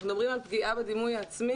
אנחנו מדברים על פגיעה בדימוי העצמי